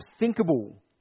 unthinkable